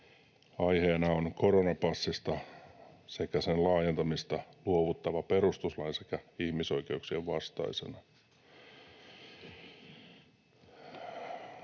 aiheena ”Koronapassista sekä sen laajentamisesta luovuttava perustuslain sekä ihmisoikeuksien vastaisena”.